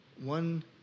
One